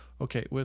okay